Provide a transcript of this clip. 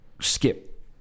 skip